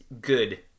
good